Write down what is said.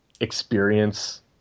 experience